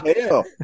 hell